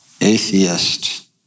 atheist